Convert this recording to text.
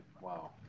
Wow